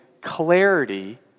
clarity